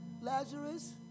Lazarus